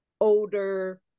older